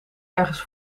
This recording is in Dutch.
ergens